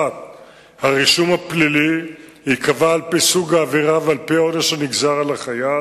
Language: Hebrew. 1. הרישום הפלילי ייקבע על-פי סוג העבירה ועל-פי העונש שנגזר על החייל.